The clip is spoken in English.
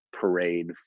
Parade